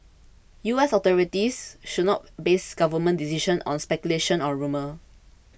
U S authorities should not base government decisions on speculation or rumour